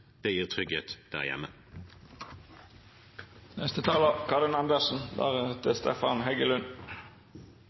Det gir trygghet der